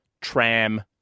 tram